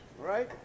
Right